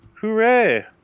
Hooray